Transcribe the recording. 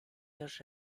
los